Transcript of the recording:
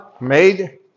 made